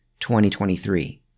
2023